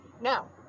Now